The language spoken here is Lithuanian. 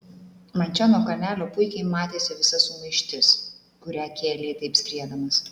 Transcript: man čia nuo kalnelio puikiai matėsi visa sumaištis kurią kėlei taip skriedamas